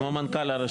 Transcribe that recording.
כמו מנכ"ל הרשות.